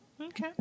okay